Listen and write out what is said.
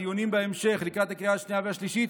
בדיונים בהמשך לקראת הקריאה השנייה והשלישית,